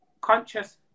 conscious